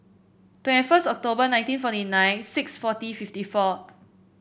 twenty first October nineteen forty nine six fourteen fifty four